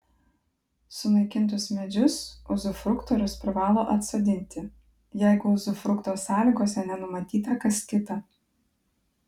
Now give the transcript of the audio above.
sunaikintus medžius uzufruktorius privalo atsodinti jeigu uzufrukto sąlygose nenumatyta kas kita